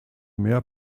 mehr